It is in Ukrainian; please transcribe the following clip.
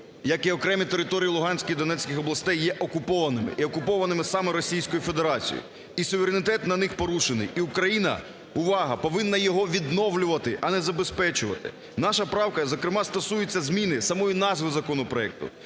як і окремі території Луганської і Донецької областей є окупованими і окупованими саме Російською Федерацією, і суверенітет на них порушений, і Україна, увага, повинна його відновлювати, а не забезпечувати. Наша правка, зокрема, стосується зміни самої назви законопроекту.